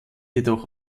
jedoch